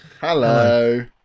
Hello